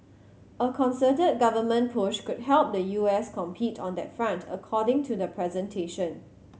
a concerted government push could help the U S compete on that front according to the presentation